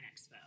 Expo